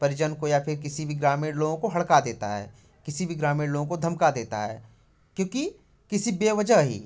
परिजन को या फिर किसी भी ग्रामीण लोगों को हड़का देता है किसी भी ग्रामीण लोगों को धमका देता है क्योंकि किसी बेवजह ही